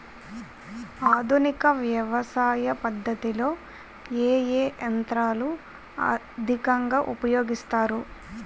ఆధునిక వ్యవసయ పద్ధతిలో ఏ ఏ యంత్రాలు అధికంగా ఉపయోగిస్తారు?